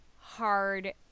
hard